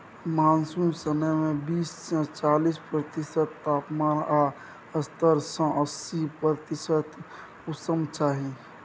monsoon समय मे बीस सँ चालीस प्रतिशत तापमान आ सत्तर सँ अस्सी प्रतिशत उम्मस चाही